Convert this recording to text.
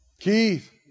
Keith